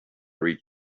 read